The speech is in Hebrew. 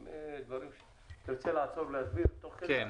אם תרצה לעצור להסביר תוך כדי,